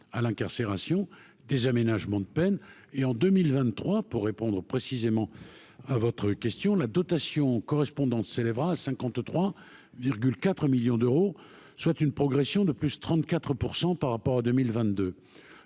à l'incarcération des aménagements de peine, et en 2023 pour répondre précisément. à votre question, la dotation correspondant s'élèvera à 53,4 millions d'euros, soit une progression de plus 34 % par rapport à 2022